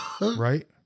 right